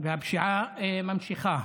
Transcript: והפשיעה נמשכת.